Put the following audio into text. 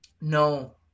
No